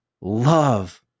love